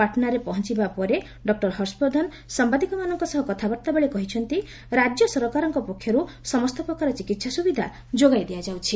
ପାଟନାରେ ପହଞ୍ଚବା ପରେ ଡକ୍ଟର ହର୍ଷବର୍ଦ୍ଧନ ସାମ୍ଭାଦିକମାନଙ୍କ ସହ କଥାବାର୍ତ୍ତାବେଳେ କହିଛନ୍ତି ରାଜ୍ୟ ସରକାରଙ୍କ ପକ୍ଷରୁ ସମସ୍ତ ପ୍ରକାର ଚିକିତ୍ସା ସୁବିଧା ଯୋଗାଇ ଦିଆଯାଉଛି